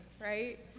right